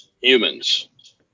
humans